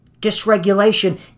Dysregulation